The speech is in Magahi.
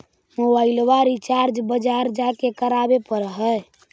मोबाइलवा रिचार्ज बजार जा के करावे पर है?